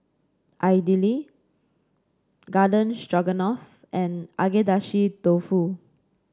Idili Garden Stroganoff and Agedashi Dofu